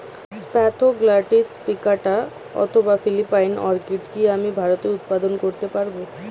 Spathoglottis প্লিকাটা অথবা Philippine orchid কি আমি ভারতে উৎপাদন করতে পারবো?